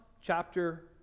chapter